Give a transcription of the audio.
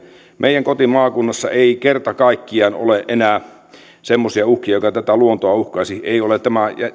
meidän kotimaakunnassa ei kerta kaikkiaan ole enää semmoisia uhkia jotka tätä luontoa uhkaisivat ei ole tämä